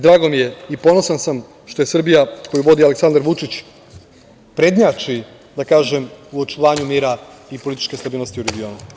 Drago mi je i ponosan sam što je Srbija, koju vodi Aleksandar Vučić, prednjači, da kažem, u očuvanju mira i političke stabilnosti u regionu.